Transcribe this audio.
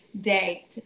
date